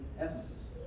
Ephesus